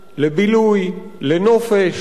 לבילוי, לנופש,